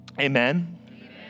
Amen